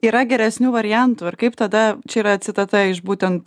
yra geresnių variantų ir kaip tada čia yra citata iš būtent